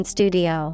Studio